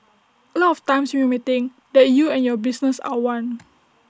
A lot of times you may think that you and your business are one